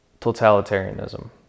Totalitarianism